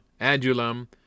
Adulam